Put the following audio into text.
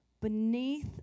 beneath